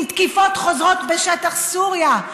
עם תקיפות חוזרות בשטח סוריה".